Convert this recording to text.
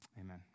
Amen